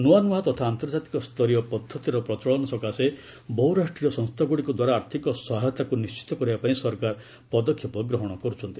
ନୂଆ ନୂଆ ତଥା ଆନ୍ତର୍ଜାତିକ ସ୍ତରୀୟ ପଦ୍ଧତିର ପ୍ରଚଳନ ସକାଶେ ବହୁରାଷ୍ଟ୍ରୀୟ ସଂସ୍ଥାଗୁଡ଼ିକଦ୍ୱାରା ଆର୍ଥକ ସହାୟତାକୁ ନିଣ୍ଚିତ କରିବାପାଇଁ ସରକାର ପଦକ୍ଷେପ ଗ୍ରହଣ କରୁଛନ୍ତି